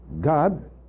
God